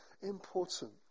important